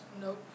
Nope